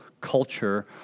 culture